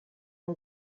and